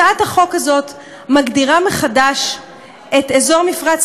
הצעת החוק הזאת מגדירה מחדש את אזור מפרץ